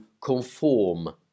conform